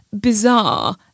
bizarre